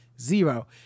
zero